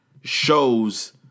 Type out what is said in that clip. shows